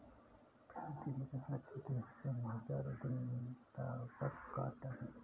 प्रीति ने कहा कि केशव नवजात उद्यमिता पर प्रकाश डालें